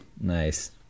Nice